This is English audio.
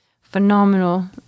Phenomenal